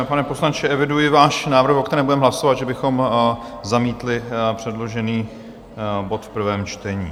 Pane poslanče, eviduji váš návrh, o kterém budeme hlasovat, že bychom zamítli předložený bod v prvém čtení.